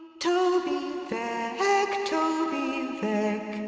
toby veck toby